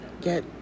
get